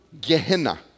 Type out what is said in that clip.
Gehenna